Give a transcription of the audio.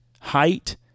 height